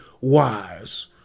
wise